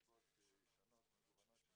מסיבות שונות ומגוונות,